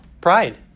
Pride